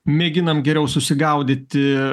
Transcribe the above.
mėginam geriau susigaudyti